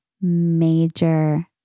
major